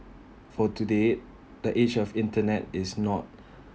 for today the age of internet is not